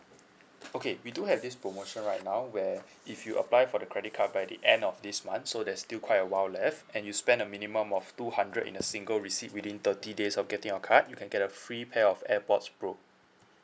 okay we do have this promotion right now where if you apply for the credit card by the end of this month so there's still quite a while left and you spend a minimum of two hundred in a single receipt within thirty days of getting your card you can get a free pair of AirPods pro